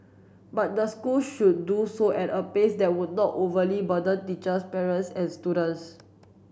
but the school should do so at a pace that would not overly burden teachers parents and students